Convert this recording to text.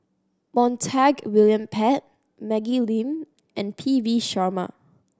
Montague William Pett Maggie Lim and P V Sharma